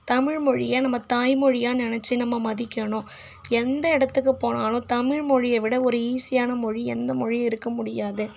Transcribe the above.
தமிழ்மொழியை நம்ம தாய்மொழியாக நினைச்சி நம்ம மதிக்கணும் எந்த இடத்துக்கு போனாலும் தமிழ்மொழியை விட ஒரு ஈஸியான மொழி எந்த மொழியும் இருக்க முடியாது